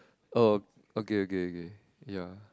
oh okay okay okay ya